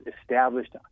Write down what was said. established